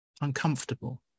uncomfortable